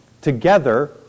together